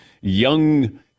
young